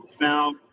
now